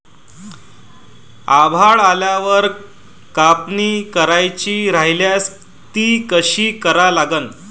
आभाळ आल्यावर कापनी करायची राह्यल्यास ती कशी करा लागन?